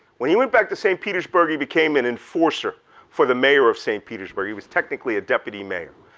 when he went back to st. petersburg, he became an enforcer for the mayor of st. petersburg. he was technically a deputy mayor.